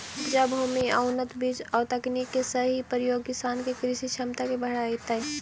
उपजाऊ भूमि आउ उन्नत बीज आउ तकनीक के सही प्रयोग किसान के कृषि क्षमता के बढ़ऽतइ